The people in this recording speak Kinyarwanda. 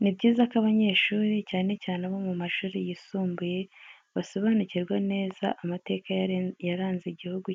Ni byiza ko abanyeshuri, cyane cyane abo mu mashuri yisumbuye, basobanurirwa neza amateka yaranze igihugu